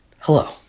hello